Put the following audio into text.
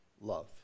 Love